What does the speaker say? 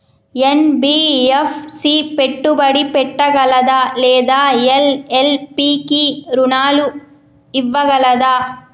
NBFC పెట్టుబడి పెట్టగలదా లేదా ఎల్.ఎల్.పి కి రుణాలు ఇవ్వగలదా?